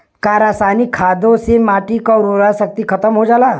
का रसायनिक खादों से माटी क उर्वरा शक्ति खतम हो जाला?